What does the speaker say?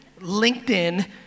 LinkedIn